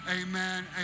Amen